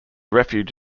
refuge